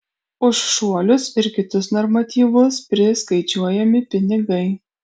už šuolius ir kitus normatyvus priskaičiuojami pinigai